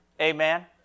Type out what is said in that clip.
Amen